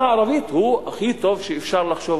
הערבית הוא הכי טוב שאפשר לחשוב